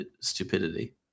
stupidity